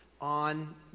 on